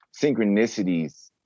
synchronicities